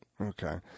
okay